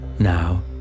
Now